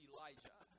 Elijah